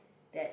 that